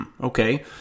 okay